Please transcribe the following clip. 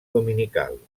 dominical